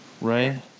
Right